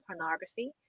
pornography